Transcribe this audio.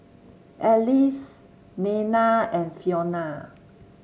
Alease Dayna and Fiona